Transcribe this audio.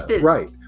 Right